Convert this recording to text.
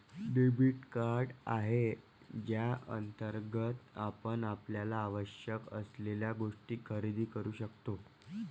debit card आहे ज्याअंतर्गत आपण आपल्याला आवश्यक असलेल्या गोष्टी खरेदी करू शकतो